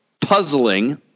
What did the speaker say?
puzzling